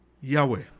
Yahweh